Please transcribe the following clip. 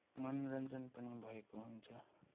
मनोरञ्जन पनि भएको हुन्छ